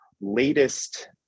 latest